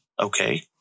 okay